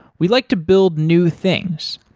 we like to build new things,